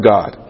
God